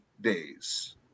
days